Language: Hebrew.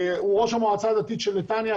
הוא ראש המועצה הדתית של נתניה.